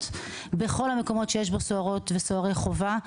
בכל המקומות שיש בהם סוהרי וסוהרות חובה.